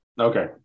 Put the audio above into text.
Okay